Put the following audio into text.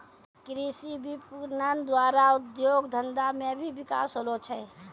कृषि विपणन द्वारा उद्योग धंधा मे भी बिकास होलो छै